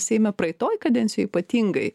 seime praeitoj kadencijoj ypatingai